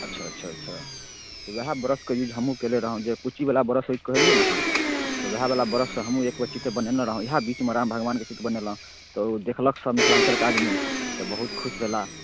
अच्छा अच्छा अच्छा तऽ उएह ब्रशके यूज हमहूँ कयने रहौँ जे कुच्चीवला ब्रश कहलियै ने अहाँ तऽ उएहवला ब्रशसँ हमहूँ एकबेर चित्र बनेने रहौँ इएह बीचमे राम भगवानके चित्र बनेलहुँ तऽ ओ देखलक सभ मिथिलाञ्चलके आदमी तऽ बहुत खुश भेलाह